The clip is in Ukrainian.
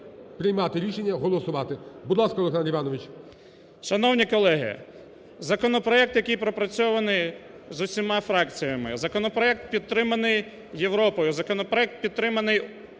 приймати рішення, голосувати. Будь ласка, Олександр Іванович. 16:23:37 ДАНЧЕНКО О.І. Шановні колеги! Законопроект, який пропрацьований з усіма фракціями, законопроект підтриманий Європою, законопроект підтриманий Офісом